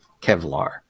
Kevlar